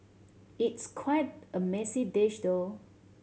it's quite a messy dish though